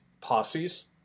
posses